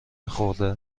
خورده